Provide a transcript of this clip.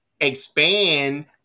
expand